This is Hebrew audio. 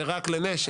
זה רק לנשק.